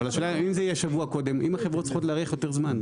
אבל השאלה אם זה יהיה שבוע קודם אם החברות צריכות להיערך יותר זמן,